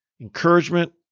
encouragement